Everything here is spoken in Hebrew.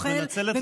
נוכל,